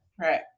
Right